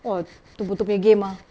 oh betul-betul punya game ah